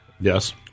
Yes